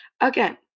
Again